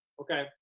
Okay